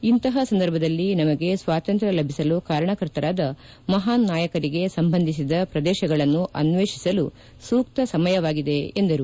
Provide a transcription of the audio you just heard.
ಇಂತಹ ಸಂದರ್ಭದಲ್ಲಿ ನಮಗೆ ಸ್ವಾತಂತ್ರ್ನ ಲಭಿಸಲು ಕಾರಣ ಕರ್ತರಾದ ಮಹಾನ್ ನಾಯಕರಿಗೆ ಸಂಬಂಧಿಸಿದ ಪ್ರದೇಶಗಳನ್ನು ಅನ್ವೇಷಿಸಲು ಸೂಕ್ತ ಸಮಯವಾಗಿದೆ ಎಂದರು